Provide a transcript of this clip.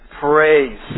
Praise